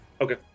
Okay